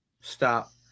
Stop